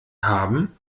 haben